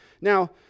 now